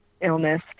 illness